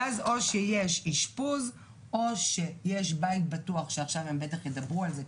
ואז או שיש אשפוז או שיש בית בטוח שעכשיו הם בטח ידברו על זה,